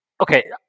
okay